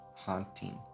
haunting